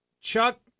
Chuck